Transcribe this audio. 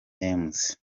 mzee